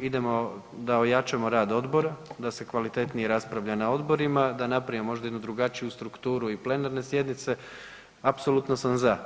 idemo da ojačamo rad odbora, da se kvalitetnije raspravlja na odborima, da napravimo možda jednu drugačiju strukturu i plenarne sjednice, apsolutno sam za.